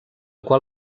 qual